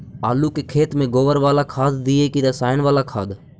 आलू के खेत में गोबर बाला खाद दियै की रसायन बाला खाद?